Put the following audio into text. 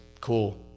Cool